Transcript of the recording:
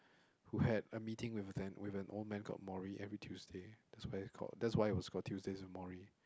who had a meeting with a with an old man on every Tuesday that's why it called that's why it was called Tuesdays' Morrie